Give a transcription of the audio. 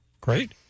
Great